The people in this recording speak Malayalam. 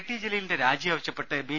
ടി ജലീലിന്റെ രാജി ആവശ്യപ്പെട്ട് ബി